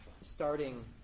starting